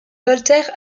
voltaire